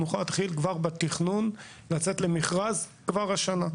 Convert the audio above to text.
נוכל כבר להתחיל בתכנון ולצאת למכרז כבר השנה.